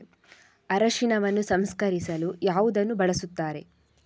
ಅರಿಶಿನವನ್ನು ಸಂಸ್ಕರಿಸಲು ಯಾವುದನ್ನು ಬಳಸುತ್ತಾರೆ?